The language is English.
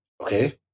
okay